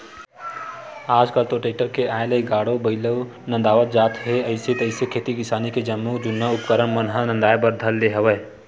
आल कल तो टेक्टर के आय ले गाड़ो बइलवो नंदात जात हे अइसे तइसे खेती किसानी के जम्मो जुन्ना उपकरन मन ह नंदाए बर धर ले हवय